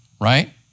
right